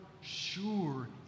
sure